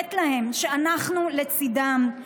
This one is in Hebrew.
ולאותת להם שאנחנו לצידם,